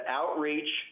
outreach